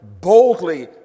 boldly